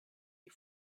die